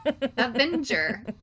Avenger